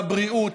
לבריאות,